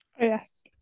Yes